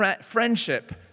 friendship